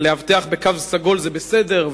לאבטח בקו סגול זה בסדר,